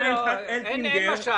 ניתנה הלכת אטינגר